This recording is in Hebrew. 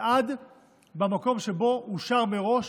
יצעד במקום שבו הוא אושר מראש,